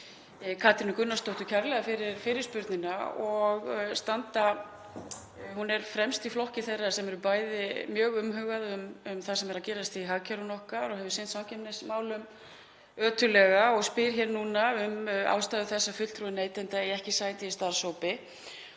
Katrínu Gunnarsdóttur kærlega fyrir fyrirspurnina. Hún er fremst í flokki þeirra sem er mjög umhugað um það sem er að gerast í hagkerfinu okkar og hefur sinnt samkeppnismálum ötullega. Hún spyr núna um ástæður þess að fulltrúar neytenda eigi ekki sæti í starfshópi